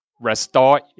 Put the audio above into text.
restore